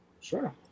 Sure